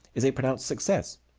is a pronounced success.